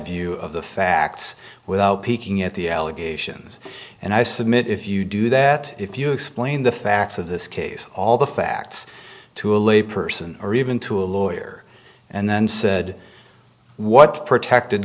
view of the facts without peeking at the allegations and i submit if you do that if you explain the facts of this case all the facts to a lay person or even to a lawyer and then said what protected